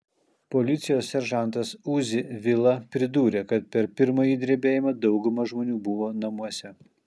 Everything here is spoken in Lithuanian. policijos seržantas uzi vila pridūrė kad per pirmąjį drebėjimą dauguma žmonių buvo namuose